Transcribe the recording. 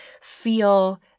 feel